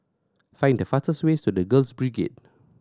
find the fastest way to The Girls Brigade